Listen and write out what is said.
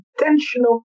intentional